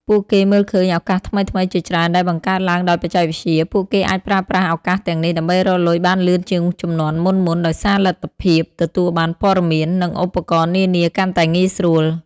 ពួកគេមើលឃើញឱកាសថ្មីៗជាច្រើនដែលបង្កើតឡើងដោយបច្ចេកវិទ្យា ពួកគេអាចប្រើប្រាស់ឱកាសទាំងនេះដើម្បីរកលុយបានលឿនជាងជំនាន់មុនៗ ដោយសារលទ្ធភាពទទួលបានព័ត៌មាន និងឧបករណ៍នានាកាន់តែងាយស្រួល។